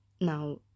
Now